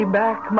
back